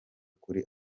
kuri